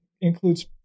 includes